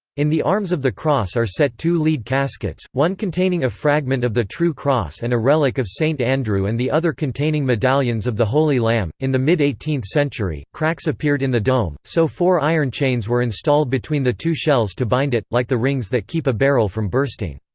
in the arms of the cross are set two lead caskets, one containing a fragment of the true cross and a relic of st. andrew and the other containing medallions of the holy lamb in the mid eighteenth century, cracks appeared in the dome, so four iron chains were installed between the two shells to bind it, like the rings that keep a barrel from bursting.